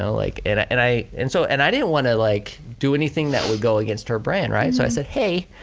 ah like and and i and so and i didn't want to like do anything that would go against her brand, right, so i said, hey,